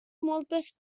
moltes